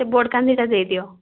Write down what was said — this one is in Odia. ସେ ବଡ଼ କାନ୍ଦିଟା ଦେଇ ଦିଅ